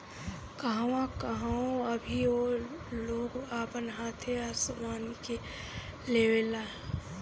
कहवो कहवो अभीओ लोग अपन हाथे ओसवनी के लेवेला